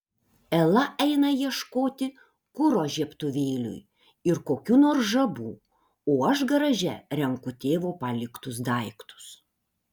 ela eina ieškoti kuro žiebtuvėliui ir kokių nors žabų o aš garaže renku tėvo paliktus daiktus